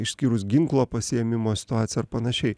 išskyrus ginklo pasiėmimo situacija ar panašiai